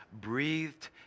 breathed